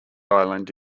island